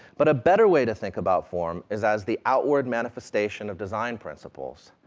but a better way to think about form is as the outward manifestation of design principles,